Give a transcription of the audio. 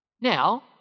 Now